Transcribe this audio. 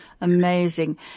Amazing